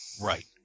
Right